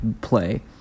play